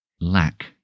lack